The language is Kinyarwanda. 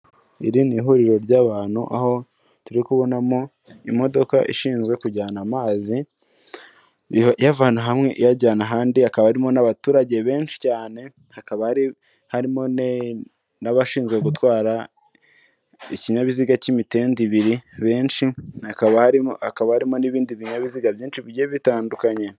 Iri ni huriro ry'abantu aho turi kubonamo imodoka ishinzwe kujyana amazi iyavana hamwe iyajyana ahandi hakaba harimo n'abaturage benshi cyane, hakaba harimo n'abashinzwe gutwara ikinyabiziga cy'imitende ibiri, benshi hakaba harimo n'ibindi binyabiziga byinshi bigiye bitandukanye.